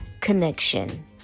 connection